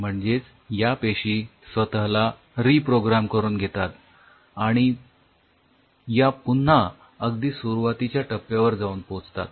म्हणजेच या पेशी स्वतः ला रिप्रोग्रॅम करून घेतात आणि या पुन्हा अगदी सुरुवातीच्या टप्यावर जाऊन पोहोचतात